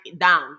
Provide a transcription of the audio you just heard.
down